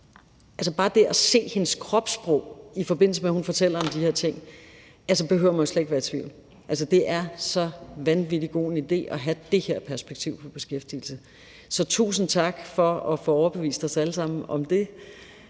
ved det at se hendes kropssprog, i forbindelse med at hun fortæller om de her ting, behøver man jo slet ikke at være i tvivl. Det er så vanvittig god en idé at have det her perspektiv på beskæftigelse. Så tusind tak for at få overbevist os alle sammen om det.